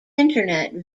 internet